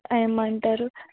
ఏమంటారు